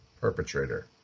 perpetrator